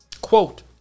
quote